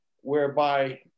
whereby